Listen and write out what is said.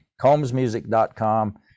combsmusic.com